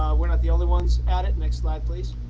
um we're not the only ones at it next slide please.